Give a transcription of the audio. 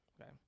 okay